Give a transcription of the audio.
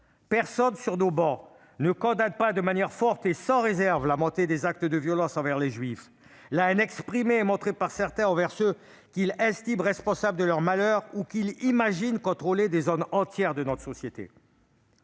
Chacun, sur nos travées, condamne de manière forte et sans réserve la montée des actes de violence envers les juifs, ainsi que la haine exprimée par certains envers ceux qu'ils estiment responsables de leur malheur ou qu'ils imaginent contrôlant des zones entières de notre société.